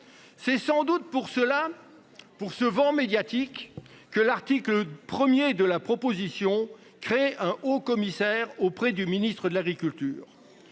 C'est sans doute pour cela. Pour ce vent médiatique que l'article 1er de la proposition crée un Haut commissaire auprès du ministre de l'Agriculture.